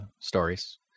stories